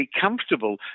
comfortable